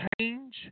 change